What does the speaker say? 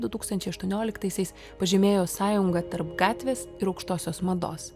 du tūkstančiai aštuonioliktaisiais pažymėjo sąjunga tarp gatvės ir aukštosios mados